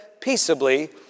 ...peaceably